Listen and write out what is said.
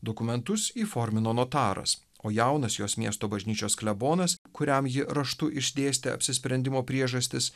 dokumentus įformino notaras o jaunas jos miesto bažnyčios klebonas kuriam ji raštu išdėstė apsisprendimo priežastis